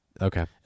Okay